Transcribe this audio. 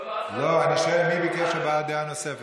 לא, אני שואל מי ביקש הבעת דעה נוספת.